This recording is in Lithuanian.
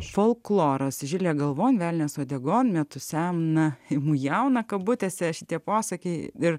folkloras žilė galvon velnias uodegon metu seną imu jauną kabutėse šitie posakiai ir